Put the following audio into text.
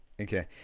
okay